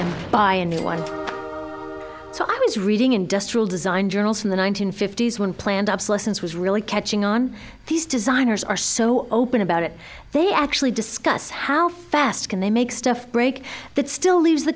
and buy a new one so i was reading industrial design journals in the one nine hundred fifty s when planned obsolescence was really catching on these designers are so open about it they actually discuss how fast can they make stuff break that still leaves the